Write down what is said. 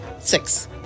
Six